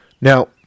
Now